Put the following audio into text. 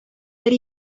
бер